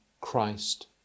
Christ